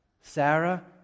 Sarah